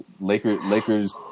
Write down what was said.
Lakers